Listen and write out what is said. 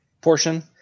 portion